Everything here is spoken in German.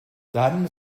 dann